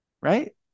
right